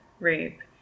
rape